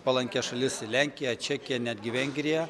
palankias šalis lenkiją čekiją netgi vengriją